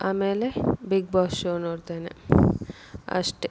ಆಮೇಲೆ Bigg Boss show ನೋಡ್ತೇನೆ ಅಷ್ಟೆ